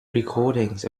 recordings